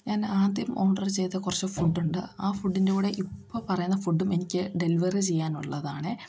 ഞാനാദ്യം ഓർഡർ ചെയ്ത കുറച്ച് ഫുഡുണ്ട് ആ ഫുഡിൻ്റെ കൂടെ ഇപ്പോൾ പറയുന്ന ഇപ്പോൾ പറയുന്ന ഫുഡും എനിക്ക് ഡെലിവർ ചെയ്യാനുള്ളതാണെ